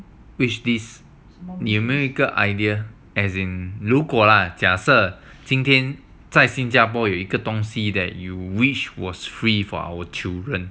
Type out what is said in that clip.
wish list 你有没一个 idea as in 假设今天在新加坡有一个东西 you wish was free for our children